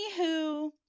Anywho